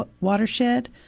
Watershed